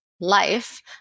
life